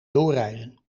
doorrijden